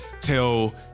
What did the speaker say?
tell